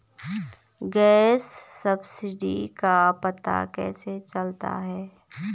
Gas subsidy का पता कैसे चलता है?